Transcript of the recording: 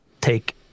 take